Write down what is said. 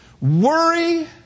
worry